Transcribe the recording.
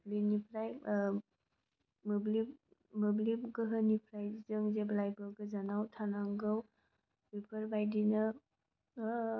बेनिफ्राय मोब्लिब गोहोनिफ्राय जों जेब्लायबो गोजानाव थानांगौ बेफोरबायदिनो